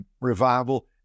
revival